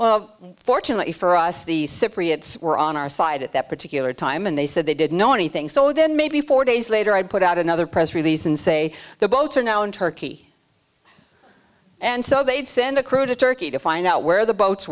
it fortunately for us the cypriots were on our side at that particular time and they said they didn't know anything so then maybe four days later i'd put out another press release and say the boats are now in turkey and so they'd send a crew to turkey to find out where the boats